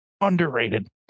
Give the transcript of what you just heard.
Underrated